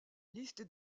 liste